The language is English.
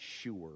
sure